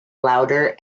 lowder